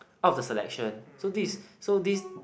out of the selection so this so this